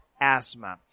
asthma